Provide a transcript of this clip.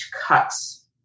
cuts